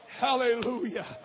Hallelujah